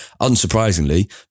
Unsurprisingly